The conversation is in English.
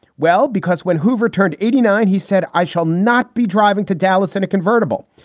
well, because when hoover turned eighty nine, he said, i shall not be driving to dallas in a convertible.